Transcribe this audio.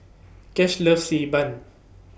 Cash loves Xi Ban